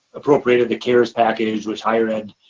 appropriated the cares package which higher ed,